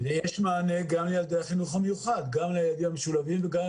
יש מענה גם לילדי החינוך המיוחד וגם לילדים המשולבים.